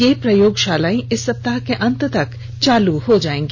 ये प्रयोगशालाएं इस सप्ताह के अंत तक चालू हो जायेंगी